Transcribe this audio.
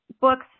books